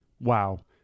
Wow